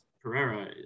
Pereira